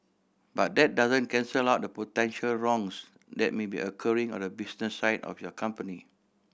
but that doesn't cancel out the potential wrongs that may be occurring on the business side of your company